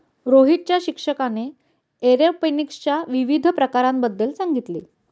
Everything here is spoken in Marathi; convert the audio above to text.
रोहितच्या शिक्षकाने एरोपोनिक्सच्या विविध प्रकारांबद्दल सांगितले